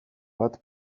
bat